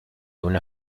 una